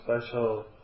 special